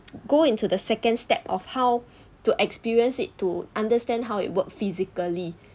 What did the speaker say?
go into the second step of how to experience it to understand how it work physically